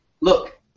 look